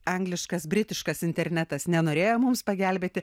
angliškas britiškas internetas nenorėjo mums pagelbėti